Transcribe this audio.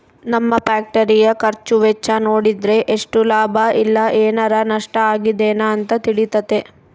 ನಮ್ಮ ಫ್ಯಾಕ್ಟರಿಯ ಖರ್ಚು ವೆಚ್ಚ ನೋಡಿದ್ರೆ ಎಷ್ಟು ಲಾಭ ಇಲ್ಲ ಏನಾರಾ ನಷ್ಟ ಆಗಿದೆನ ಅಂತ ತಿಳಿತತೆ